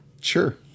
Sure